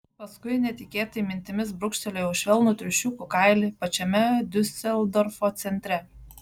paskui netikėtai mintimis brūkštelėjau švelnų triušiukų kailį pačiame diuseldorfo centre